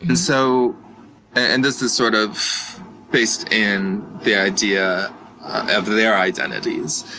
and so and this is sort of based in the idea of their identities.